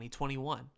2021